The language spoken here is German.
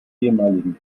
ehemaligen